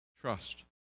trust